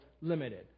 limited